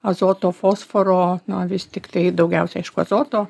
azoto fosforo nu vis tiktai daugiausiai aišku azoto